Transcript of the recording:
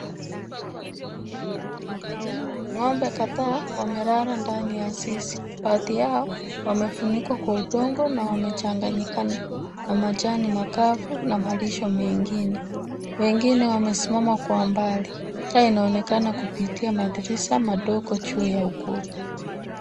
Ng'ombe kadhaa wamelala ndani ya zizi baadhi yao wamefunikwa Kwa udongo na wamechanganyikana na majani makavu na malisho mengine, wengine wamesimama kwa mbali taa inaonekana kupitia madirisha mdogo juu ya ukuta .